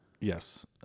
Yes